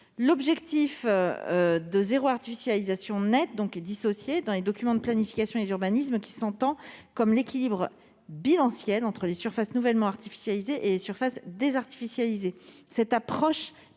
L'objectif de zéro artificialisation nette fait l'objet d'une considération distincte dans les documents de planification et d'urbanisme. Il s'entend comme l'équilibre bilanciel entre les surfaces nouvellement artificialisées et les surfaces désartificialisées.